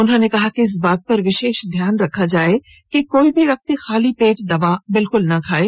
उन्होंने कहा कि इस बात पर विशेष ध्यान रखा जाये कि कोई भी व्यक्ति खाली पेट दवा बिलकुल न खाएं